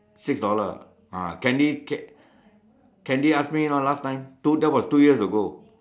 six dollar ah ah candy candy asked me you know last time two that was two years ago